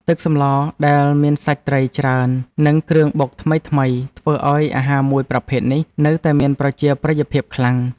ទឹកសម្លដែលមានសាច់ត្រីច្រើននិងគ្រឿងបុកថ្មីៗធ្វើឱ្យអាហារមួយប្រភេទនេះនៅតែមានប្រជាប្រិយភាពខ្លាំង។